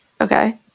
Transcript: Okay